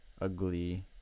ugly